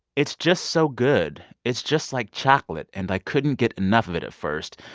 it's just so good. it's just like chocolate. and i couldn't get enough of it at first.